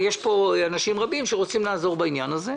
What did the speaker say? יש פה אנשים רבים שרוצים לעזור בעניין הזה.